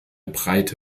breite